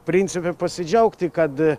principe pasidžiaugti kad